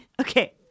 Okay